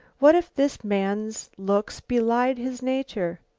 what if this man's looks belied his nature?